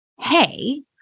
Hey